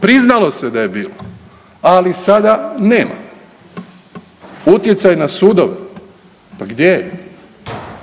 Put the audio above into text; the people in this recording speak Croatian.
Priznalo se da je bilo, ali sada nema. Utjecaj na sudove, pa gdje je?